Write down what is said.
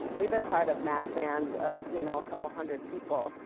we've been part of mass bands of you know a couple hundred people.